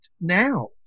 now